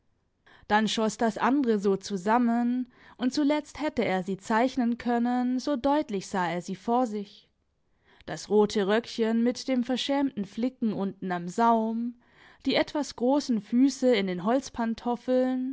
dann schoss das andere so zusammen und zuletzt hätte er sie zeichnen können so deutlich sah er sie vor sich das rote röckchen mit dem verschämten flicken unten am saum die etwas grossen füsse in den